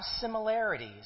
similarities